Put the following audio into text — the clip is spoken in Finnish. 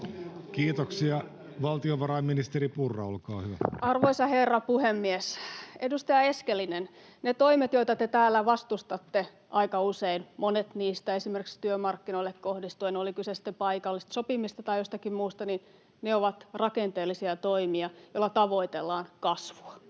Kiitoksia. — Valtiovarainministeri Purra, olkaa hyvä. Arvoisa herra puhemies! Edustaja Eskelinen, ne toimet, joita te täällä vastustatte aika usein, monet niistä, esimerkiksi työmarkkinoille kohdistuen, oli kyse sitten paikallisesta sopimisesta tai jostakin muusta, ovat rakenteellisia toimia, joilla tavoitellaan kasvua.